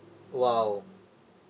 !wow!